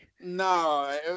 No